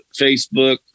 Facebook